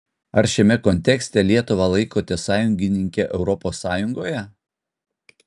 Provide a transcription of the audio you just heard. ar šiame kontekste lietuvą laikote sąjungininke europos sąjungoje